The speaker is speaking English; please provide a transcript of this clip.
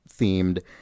themed